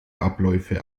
abläufe